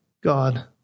God